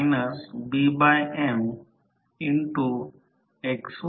6 आहे ते 5 KVAआहे कारण पॉवर फॅक्टर 0